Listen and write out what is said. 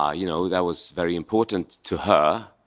ah you know, that was very important to her.